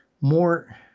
more